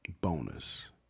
bonus